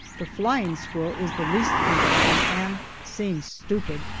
the flying squirrel is the least interesting and seems stupid.